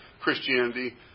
Christianity